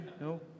No